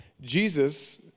Jesus